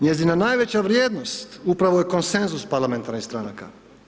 Njezina najveća vrijednost upravo je konsenzus parlamentarnih stranaka.